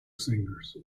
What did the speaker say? singers